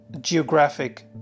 geographic